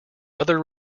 other